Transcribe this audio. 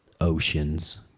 oceans